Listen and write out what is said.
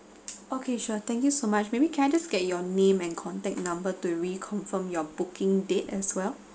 okay sure thank you so much maybe can I just get your name and contact number to reconfirm your booking date as well